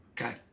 okay